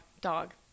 Dog